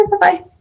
Bye-bye